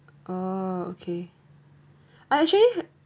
oh okay I actually